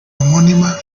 homónima